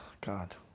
god